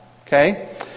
okay